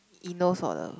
Eunos for the